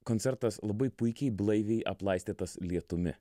koncertas labai puikiai blaiviai aplaistytas lietumi